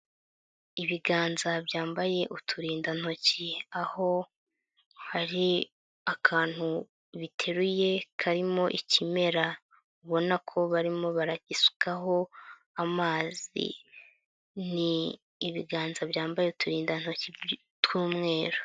Ibiganza byambaye uturindantoki, aho hari akantu biteruye karimo ikimera ubona ko barimo baragisukaho amazi, ni ibiganza byambaye uturindantoki tw'umweru.